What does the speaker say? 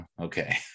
Okay